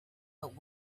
but